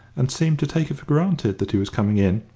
and seemed to take it for granted that he was coming in,